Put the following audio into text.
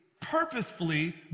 purposefully